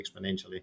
exponentially